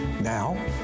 now